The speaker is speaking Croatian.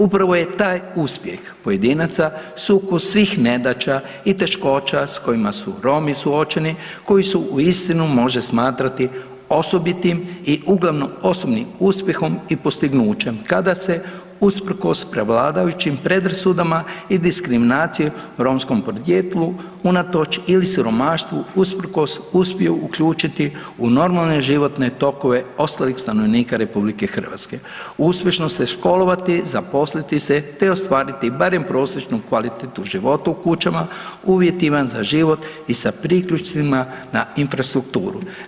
Upravo je taj uspjeh pojedinaca sukus svih nedaća i teškoća s kojima su Romi suočeni koji su uistinu osobitim i uglavnom osobnim uspjehom i postignućem kada se usprkos prevladajućim predrasudama i diskriminaciji romskom podrijetlu unatoč ili siromaštvu usprkos uspiju uključiti u normalan životne tokove ostalih stanovnika RH, uspješno se školovati, zaposliti se te ostvariti barem prosječnu kvalitetu života u kućama uvjetima za život i sa priključcima na infrastrukturu.